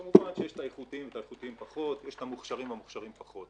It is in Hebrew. כמובן יש האיכותיים והאיכותיים פחות ויש המוכשרים והמוכשרים פחות.